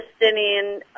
Palestinian